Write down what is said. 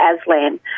Aslan